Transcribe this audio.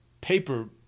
paper